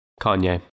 Kanye